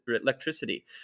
electricity